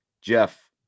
Jeff